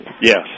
Yes